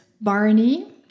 Barney